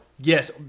Yes